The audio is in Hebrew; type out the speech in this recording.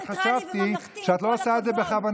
רק חשבתי שאת לא עושה את זה בכוונה.